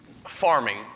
farming